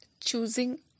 choosing